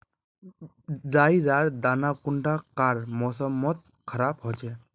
राई लार दाना कुंडा कार मौसम मोत खराब होचए?